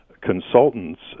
consultants